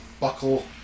buckle